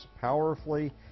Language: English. powerfully